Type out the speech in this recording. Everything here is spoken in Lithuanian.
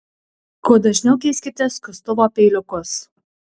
kuo dažniau keiskite skustuvo peiliukus